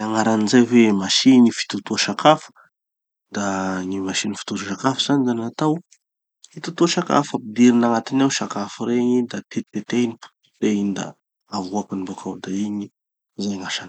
Gn'agnarany zay hoe masiny fitotoa sakafo, da gny masiny fitotoa sakafo zany da natao hitotoa sakafo. Ampidirin'agnatiny ao sakafo regny da tetitetehy igny tetitetehy igny da avoakiny bokao da igny igny gn'asany.